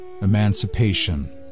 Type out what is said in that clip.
emancipation